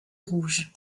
rouge